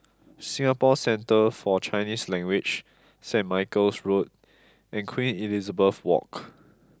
Singapore Centre For Chinese Language Saint Michael's Road and Queen Elizabeth Walk